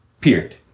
Period